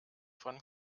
von